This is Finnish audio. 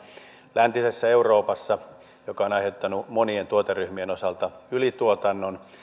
läntisessä euroopassa joka on aiheuttanut monien tuoteryhmien osalta ylituotannon